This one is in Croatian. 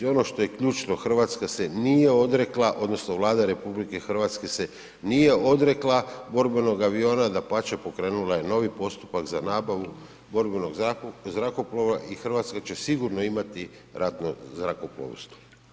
Ono što je ključno Hrvatska se nije odrekla odnosno Vlada RH se nije odrekla borbenog aviona, dapače pokrenula je novi postupak za nabavu borbenog zrakoplova i Hrvatska će sigurno imati ratno zrakoplovstvo.